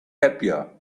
happier